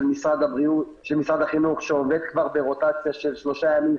משרד החינוך שעובד ברוטציה של שלושה ימים,